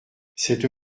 cette